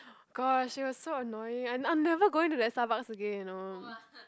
gosh it was so annoying ah and I'm never going to that Starbucks again you know